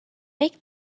make